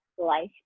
life